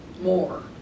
more